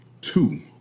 Two